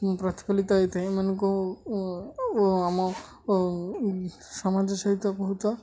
ପ୍ରତଫୁଲିତ ହେଇଥାଏ ଏମାନଙ୍କୁ ଆମ ସମାଜ ସହିତ ବହୁତ